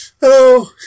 Hello